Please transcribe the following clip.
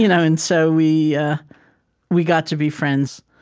you know and so we ah we got to be friends.